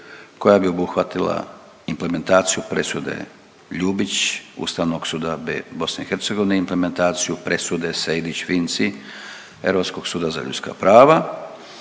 koja bi obuhvatila implementaciju presude Ljubić Ustavnog suda BiH, implementaciju presude Sejdić-Finci Europskog suda za ljudska prava